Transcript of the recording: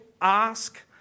ask